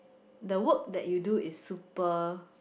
the work that you do is super